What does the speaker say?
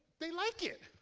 they like it.